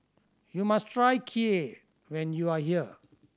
you must try Kheer when you are here